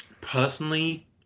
personally